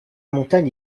montagne